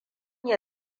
iya